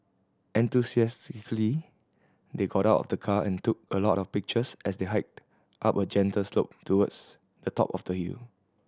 enthusiastically they got out of the car and took a lot of pictures as they hiked up a gentle slope towards the top of the hill